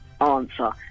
answer